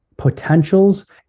potentials